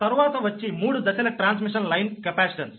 తర్వాత వచ్చి మూడు దశల ట్రాన్స్మిషన్ లైన్ కెపాసిటెన్స్